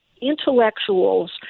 intellectuals